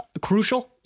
crucial